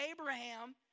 Abraham